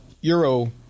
Euro